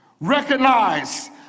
Recognize